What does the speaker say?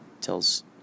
tells